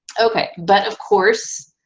okay, but of course,